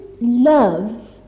love